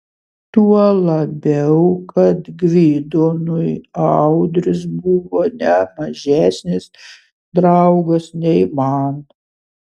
tuo labiau kad gvidonui audrius buvo ne mažesnis draugas nei man